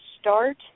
start